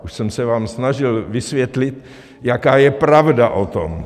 Už jsem se vám snažil vysvětlit, jaká je pravda o tom.